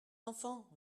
enfants